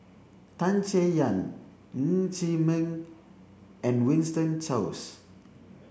Tan Chay Yan Ng Chee Meng and Winston Choos